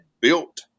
built